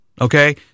Okay